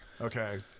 okay